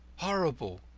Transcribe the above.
horrible!